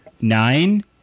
nine